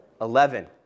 Eleven